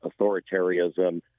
authoritarianism